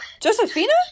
Josephina